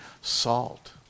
salt